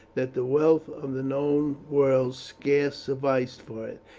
that the wealth of the known world scarce sufficed for it,